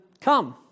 Come